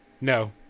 No